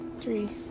Three